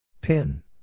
Pin